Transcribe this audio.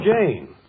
Jane